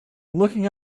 looking